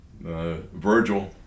Virgil